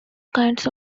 kinds